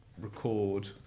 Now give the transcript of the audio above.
record